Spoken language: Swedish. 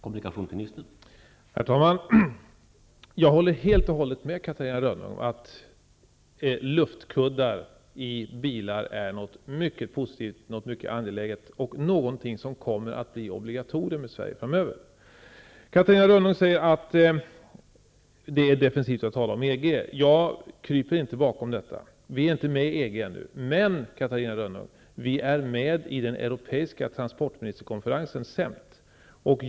Herr talman! Jag håller helt och hållet med Catarina Rönnung om att luftkuddar i bilar är något mycket positivt och angeläget, och det är något som kommer att bli obligatoriskt i Sverige framöver. Catarina Rönnung säger att det är defensivt att tala om EG. Jag kryper inte bakom argumentet om EG. Sverige är inte med i EG än. Men, Catarina Rönnung, Sverige deltar i den europeiska transportministerkonferensen CEMT.